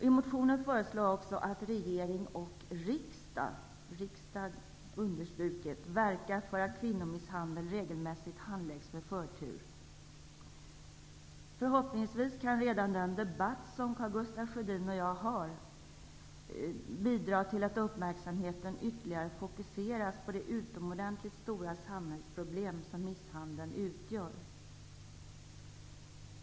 I motionen föreslår jag också att regering och riksdag -- riksdag understruket -- verkar för att kvinnomisshandel regelmässigt handläggs med förtur. Förhoppningsvis kan redan den debatt som Karl Gustaf Sjödin och jag för, bidra till att uppmärksamheten ytterligare fokuseras på det utomordentligt viktiga samhällsproblem som kvinnomisshandeln utgör.